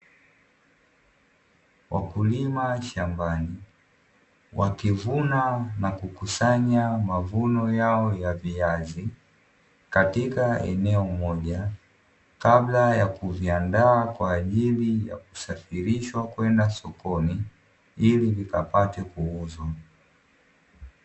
Wakulima shambani wakivuna na kukusanya mavuno yao ya viazi katika eneo moja kabla ya kuviandaa kwa ajili ya kusafirishwa kwenda sokoni ili vikapate kuuzwa.